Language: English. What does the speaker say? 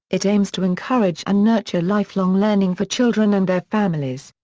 it aims to encourage and nurture lifelong learning for children and their families.